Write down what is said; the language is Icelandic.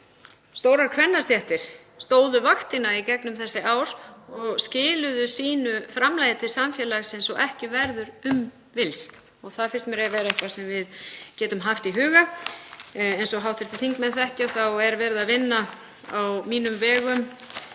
stórar kvennastéttir stóðu vaktina í gegnum þessi ár og skiluðu sínu framlagi til samfélagsins svo ekki verður um villst. Það finnst mér eiga að vera eitthvað sem við getum haft í huga. Eins og hv. þingmenn þekkja þá er verið að vinna á mínum vegum